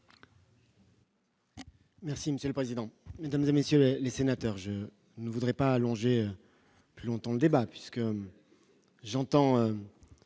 Merci monsieur le président, Mesdames et messieurs les sénateurs, je ne voudrais pas allongée longtemps débat puisque j'entends